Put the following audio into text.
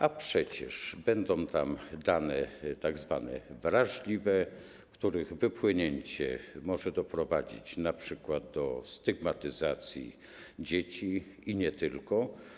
A przecież będą tam dane tzw. wrażliwe, których wypłynięcie może doprowadzić np. do stygmatyzacji dzieci i nie tylko.